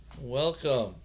Welcome